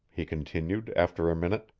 he continued after a minute,